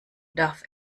darf